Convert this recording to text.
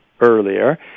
earlier